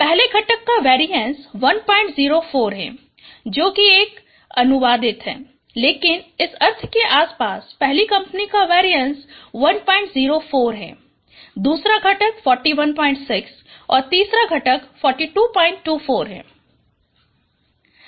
पहला घटक का वेरीएंस 104 है जो एक अनुवादित है लेकिन इस अर्थ के आसपास पहली कंपनी का वेरीएंस 104 है दूसरा घटक 416 और तीसरा घटक 4224 है